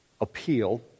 Appeal